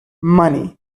money